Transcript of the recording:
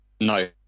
No